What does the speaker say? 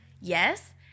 yes